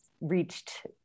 reached